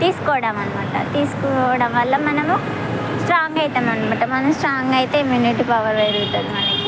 తీసుకోవడం అనమాట తీసుకోవడం వల్ల మనము స్ట్రాంగ్ అవుతాం అనమాట మనం స్ట్రాంగ్ అయితే ఇమ్యూనిటీ పవర్ పెరుగుతుంది మనకి